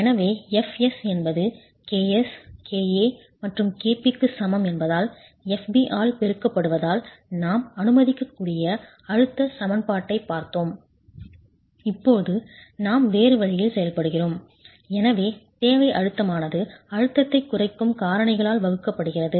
எனவே fs என்பது ks ka மற்றும் kp க்கு சமம் என்பதால் fb ஆல் பெருக்கப்படுவதால் நாம் அனுமதிக்கக்கூடிய அழுத்த சமன்பாட்டைப் பார்த்தோம் இப்போது நாம் வேறு வழியில் செயல்படுகிறோம் எனவே தேவை அழுத்தமானது அழுத்தத்தைக் குறைக்கும் காரணிகளால் வகுக்கப்படுகிறது